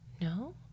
No